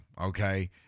okay